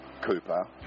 Cooper